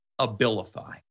Abilify